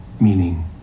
Meaning